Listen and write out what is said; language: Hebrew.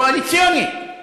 קואליציונית,